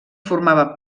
formava